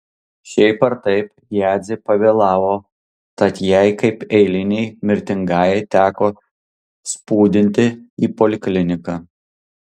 šiaip ar taip jadzė pavėlavo tad jai kaip eilinei mirtingajai teko spūdinti į polikliniką